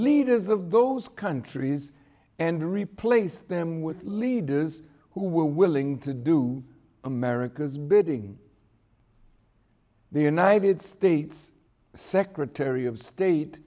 leaders of those countries and replace them with leaders who were willing to do america's bidding the united states secretary of state